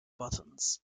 buttons